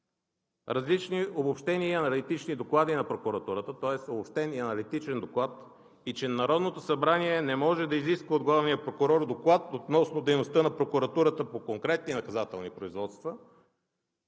различни обобщения, аналитични доклади на прокуратурата, тоест Обобщения аналитичен доклад – че Народното събрание не може да изисква от главния прокурор доклад относно дейността на прокуратурата по конкретни наказателни производства.